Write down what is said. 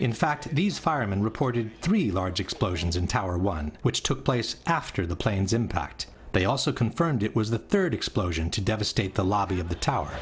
in fact these firemen reported three large explosions in tower one which took place after the planes impact they also confirmed it was the third explosion to devastate the lobby of the tower